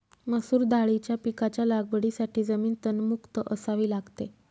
मसूर दाळीच्या पिकाच्या लागवडीसाठी जमीन तणमुक्त असावी लागते